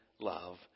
love